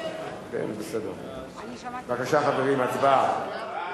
בבקשה, חברים, הצבעה.